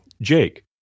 Jake